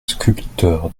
sculpteurs